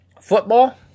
Football